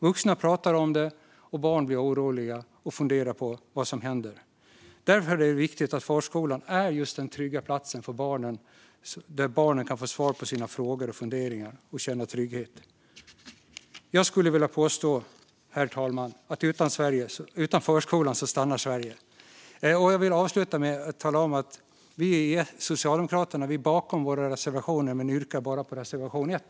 Vuxna pratar om det, och barn blir oroliga och funderar på vad som händer. Därför är det viktigt att förskolan är en trygg plats där barnen kan få svar på sina frågor och funderingar. Jag skulle vilja påstå att utan förskolan stannar Sverige. Vi i Socialdemokraterna står bakom våra reservationer, men jag yrkar bara bifall till reservation 1.